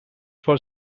for